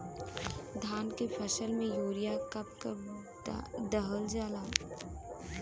धान के फसल में यूरिया कब कब दहल जाला?